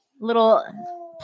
little